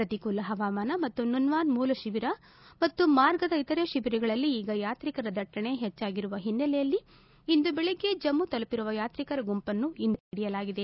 ಪ್ರತಿಕೂಲ ಪವಾಮಾನ ಮತ್ತು ನುನ್ವಾನ್ ಮೂಲ ಶಿಬಿರ ಮತ್ತು ಮಾರ್ಗದ ಇತರೆ ಶಿಬಿರಗಳಲ್ಲಿ ಈಗ ಯಾತ್ರಿಕರ ದಟ್ಟಣೆ ಹೆಚ್ಚಾಗಿರುವ ಹಿನ್ನೆಲೆಯಲ್ಲಿ ಇಂದು ಬೆಳಗ್ಗೆ ಜಮ್ಮ ತಲುಪಿರುವ ಯಾತ್ರಿಕರ ಗುಂಪನ್ನು ಇಂದು ಅಲ್ಲಿಯೇ ತಡೆಹಿಡಿಯಲಾಗಿದೆ